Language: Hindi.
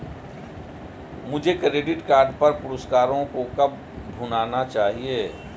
मुझे क्रेडिट कार्ड पर पुरस्कारों को कब भुनाना चाहिए?